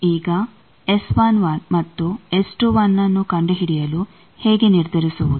ಈಗ ಮತ್ತು ನ್ನು ಕಂಡುಹಿಡಿಯಲು ಹೇಗೆ ನಿರ್ಧರಿಸುವುದು